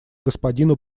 господину